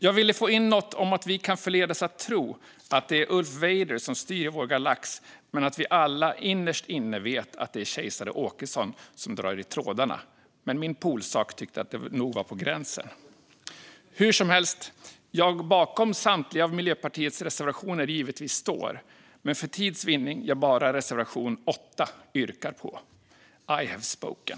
Jag ville få in något om att vi kan förledas att tro att det är Ulf Vader som styr i vår galax men att vi alla innerst inne vet att det är kejsare Åkesson som drar i trådarna. Men min politiskt sakkunnige tyckte att det nog var på gränsen. Hur som helst - jag bakom samtliga av Miljöpartiets reservationer givetvis står. Men för tids vinnande jag bara reservation 8 yrkar på. I have spoken.